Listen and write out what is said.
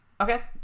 Okay